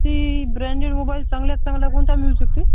ती branded mobile चांगल्यात चांगला कोणता मेळू शकतो आहे